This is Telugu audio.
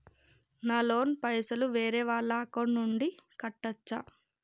నా లోన్ పైసలు వేరే వాళ్ల అకౌంట్ నుండి కట్టచ్చా?